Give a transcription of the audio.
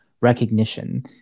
recognition